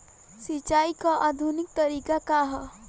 सिंचाई क आधुनिक तरीका का ह?